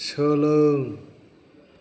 सोलों